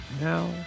now